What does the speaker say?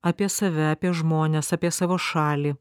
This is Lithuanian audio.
apie save apie žmones apie savo šalį